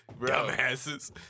Dumbasses